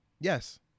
Yes